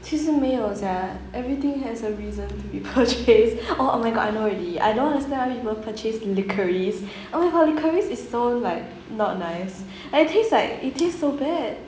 其实没有 sia everything has a reason to be purchased oh oh my god I know already I don't understand why people purchase liquorice oh my god liquorice is so like not nice and it taste like it taste so bad